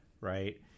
right